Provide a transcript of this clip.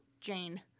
Jane